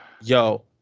Yo